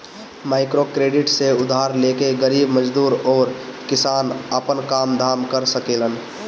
microcredit से उधार लेके गरीब मजदूर अउरी किसान आपन काम धाम कर सकेलन